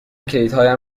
کلیدهایم